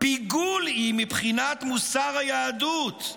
פיגול היא מבחינת מוסר היהדות,